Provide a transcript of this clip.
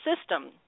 system